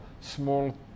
small